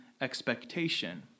expectation